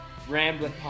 Rambling